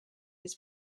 his